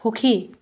সুখী